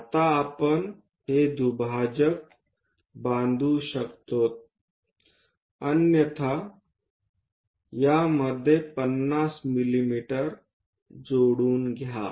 आता आपण हे दुभाजक बांधू शकतो अन्यथा यामध्ये 50 मिमी जोडून घ्या